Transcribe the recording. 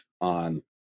on